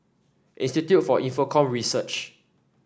Institute for Infocomm Research